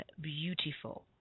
beautiful